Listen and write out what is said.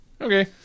Okay